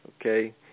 Okay